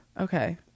Okay